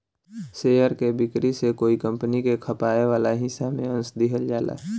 share के बिक्री से कोई कंपनी के खपाए वाला हिस्सा में अंस दिहल जाला